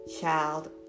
child